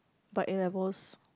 but A-levels